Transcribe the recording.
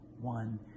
one